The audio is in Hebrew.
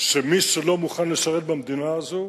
שמי שלא מוכן לשרת במדינה הזאת,